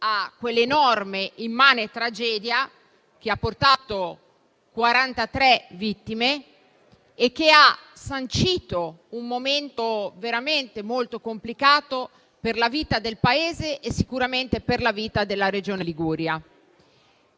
a quell'enorme, immane tragedia che ha portato quarantatré vittime e che ha sancito un momento veramente molto complicato per la vita del Paese e sicuramente per la vita della regione Liguria.